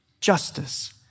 justice